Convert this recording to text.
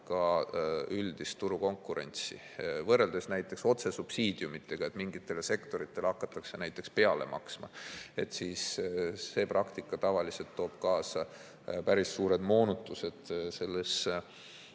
ka üldist turukonkurentsi, võrreldes näiteks otsesubsiidiumidega, et mingitele sektoritele hakatakse peale maksma. See praktika tavaliselt toob kaasa päris suured moonutused selles